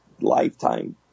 lifetime